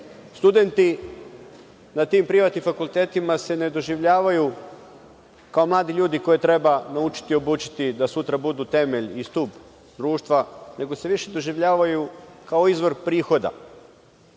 Studenti na tim privatnim fakultetima se ne doživljavaju kao mladi ljudi koje treba naučiti, obučiti da sutra budu temelj i stub društva, nego se više doživljavaju kao izvor prihoda.